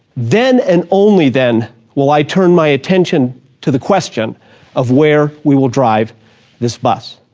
then and only then will i turn my attention to the question of where we will drive this bus.